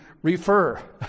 Refer